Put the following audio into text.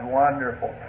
wonderful